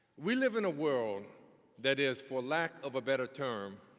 we live in a world that is, for lack of a better term,